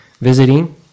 visiting